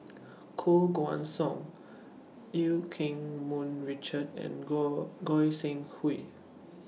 Koh Guan Song EU Keng Mun Richard and Goi Goi Seng Hui